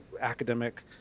academic